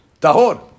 Tahor